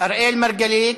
אראל מרגלית,